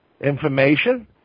information